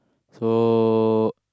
so